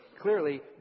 Clearly